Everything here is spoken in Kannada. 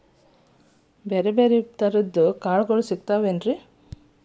ಬ್ಯಾರೆ ಬ್ಯಾರೆ ತರದ್ ಕಾಳಗೊಳು ಸಿಗತಾವೇನ್ರಿ?